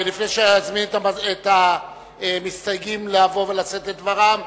לפני שאזמין את המסתייגים לבוא ולשאת את דברם,